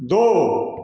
दो